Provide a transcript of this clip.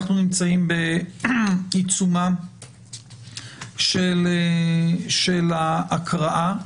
אנחנו נמצאים בעיצומה של ההקראה.